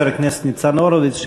חבר הכנסת ניצן הורוביץ,